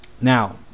Now